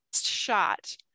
shot